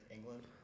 England